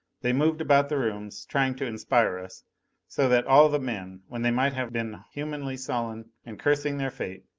they moved about the rooms, trying to inspire us so that all the men, when they might have been humanly sullen and cursing their fate,